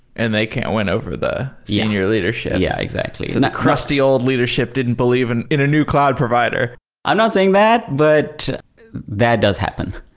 and they can't win over the senior leadership yeah, exactly and that crusty old readership didn't believe and in a new cloud provider i'm not saying that, but that does happen.